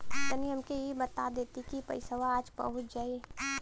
तनि हमके इ बता देती की पइसवा आज पहुँच जाई?